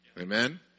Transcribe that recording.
Amen